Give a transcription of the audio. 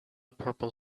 purple